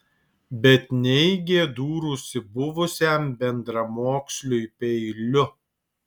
bet neigė dūrusi buvusiam bendramoksliui peiliu